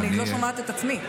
אני לא שומעת את עצמי.